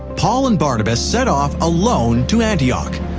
paul and barnabas set off alone to antioch.